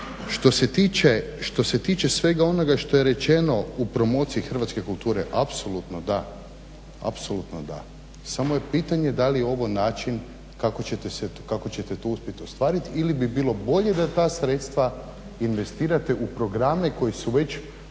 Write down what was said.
Što se tiče svega onoga što je rečeno u promociji hrvatske kulture, apsolutno da, samo je pitanje da li je ovo način kako ćete to uspjet ostvarit ili bi bilo bolje da ta sredstva investirate u programe koji već